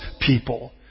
people